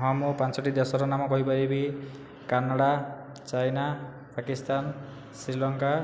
ହଁ ମୁଁ ପାଞ୍ଚୋଟି ଦେଶର ନାମ କହିପାରିବି କାନାଡ଼ା ଚାଇନା ପାକିସ୍ତାନ ଶ୍ରୀଲଙ୍କା